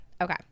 Okay